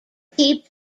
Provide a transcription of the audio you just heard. keep